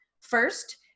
first